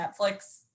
Netflix